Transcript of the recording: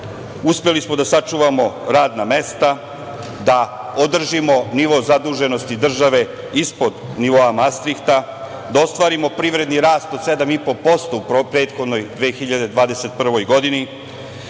uspeli smo da sačuvamo radna mesta, da održimo nivo zaduženosti države ispod nivoa Mastrihta, da ostvarimo privredni rast od 7,5% u prethodnoj, 2021. godini.